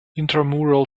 intramural